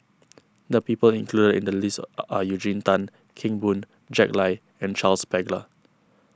the people included in the list are are Eugene Tan Kheng Boon Jack Lai and Charles Paglar